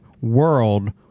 world